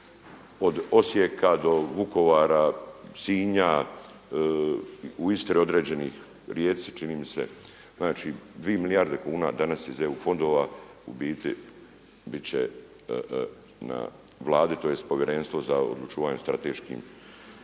od Osijeka do Vukovara, Sinja, u Istri određenih, Rijeci čini mi se, znači 2 milijarde kuna danas iz EU fondova u biti će na Vladi tj. Povjerenstvo za odlučivanje o strateškim